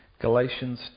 Galatians